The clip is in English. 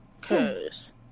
Cause